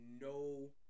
no